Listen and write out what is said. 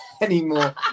anymore